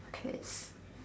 pets